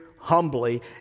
humbly